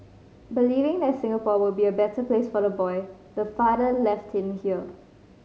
believing that Singapore would be a better place for the boy the father left him here